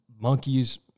monkeys